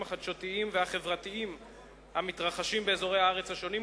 החדשותיים והחברתיים המתרחשים באזורי הארץ השונים,